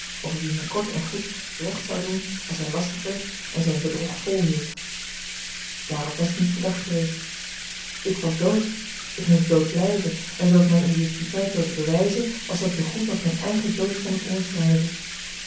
wien men kort en goed recht zou doen als hij lastig werd en zijn bedrog volhield daarop was ik niet verdacht geweest ik was dood ik moest dood blijven en zoo ik mijne identiteit wilde bewijzen was dat zoo goed als mijn eigen doodvonnis onderschrijven